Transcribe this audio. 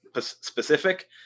specific